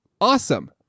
Awesome